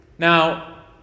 Now